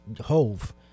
hove